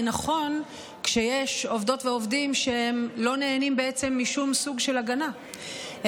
נכון כשיש עובדות ועובדים שלא נהנים משום סוג של הגנה,